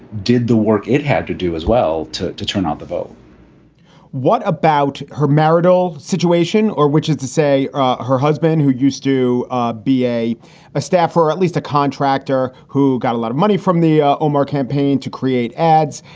did the work it had to do as well to to turn out the vote what about her marital situation or which is to say her husband, who used to ah be a a staffer or at least a contractor who got a lot of money from the ah um obama campaign to create ads,